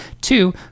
Two